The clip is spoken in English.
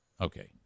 okay